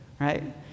right